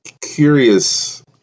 curious